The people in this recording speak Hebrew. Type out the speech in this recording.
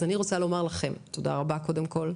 אז אני רוצה לומר לכם תודה רבה קודם כל.